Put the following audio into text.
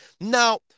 Now